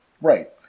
Right